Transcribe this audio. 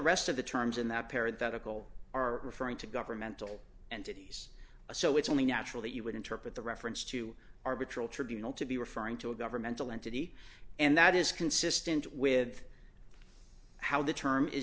rest of the terms in that pair the tickle are referring to governmental entities so it's only natural that you would interpret the reference to arbitrate tribunal to be referring to a governmental entity and that is consistent with how the term is